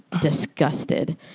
disgusted